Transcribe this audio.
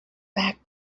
back